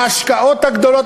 ההשקעות הגדולות,